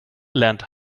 lernt